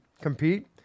compete